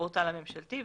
בפורטל הממשלתי,